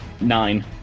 Nine